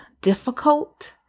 difficult